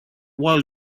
while